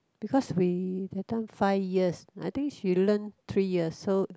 because we that time five years I think she learn three years so